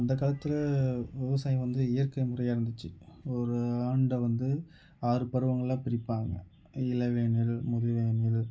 அந்த காலத்தில் விவசாயம் வந்து இயற்கை முறையாக இருந்துச்சு ஒரு ஆண்டை வந்து ஆறு பருவங்களா பிரிப்பாங்க இளவேனில் முதுவேனில்